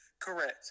Correct